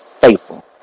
faithful